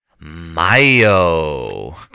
mayo